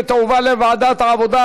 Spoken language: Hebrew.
ותועבר לוועדת העבודה,